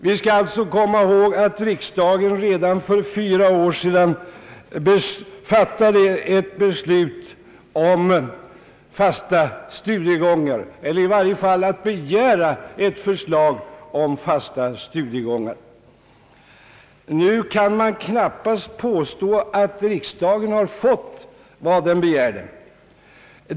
Riksdagen beslöt alltså redan för fyra år sedan att begära fasta studiegångar. Nu kan man knappast påstå att riksdagen har fått vad den begärde.